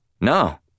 No